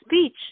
speech